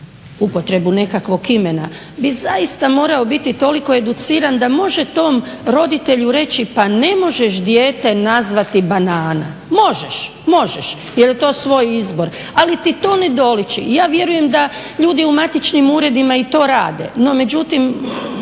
upotrebu nekakvog imena bi zaista morao biti toliko educiran da može tom roditelju reći pa ne možeš dijete nazvati Banana. Možeš jel je svoj izbor, ali ti to ne doliči. Ja vjerujem da ljudi u matičnim uredima i to rade. No međutim